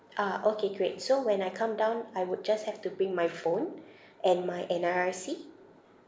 ah okay great so when I come down I would just have to bring my phone and my N_R_I_C